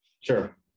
Sure